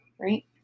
right